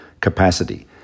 capacity